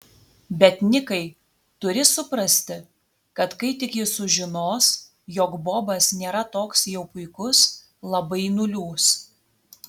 bet nikai turi suprasti kad kai tik ji sužinos jog bobas nėra toks jau puikus labai nuliūs